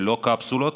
ללא קפסולות,